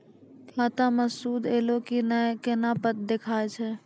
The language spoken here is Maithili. खाता मे सूद एलय की ने कोना देखय छै?